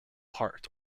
hart